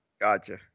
gotcha